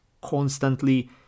constantly